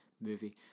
movie